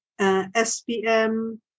SPM